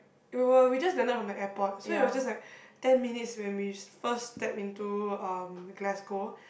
it were we just landed from the airport so it was just like ten minutes when we first step into um Glasgow